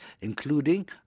including